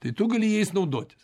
tai tu gali jais naudotis